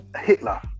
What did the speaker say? Hitler